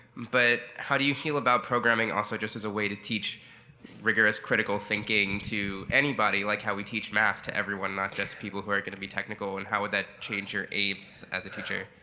but how do you feel about programming also just as a way to teach rigorous critical thinking to anybody, like how we teach math to everyone, not just people who are gonna be technical, and how would that change your aims as a teacher?